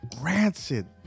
rancid